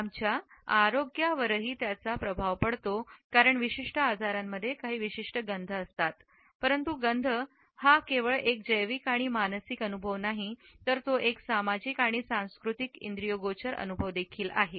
आमच्या आरोग्यावरही त्याचा प्रभावही पडतो कारण विशिष्ट आजारांमध्ये गंध असतो परंतु गंध हा केवळ एक जैविक आणि मानसिक अनुभव नाही तर तो एक सामाजिक आणि सांस्कृतिक इंद्रियगोचर अनुभव देखील आहे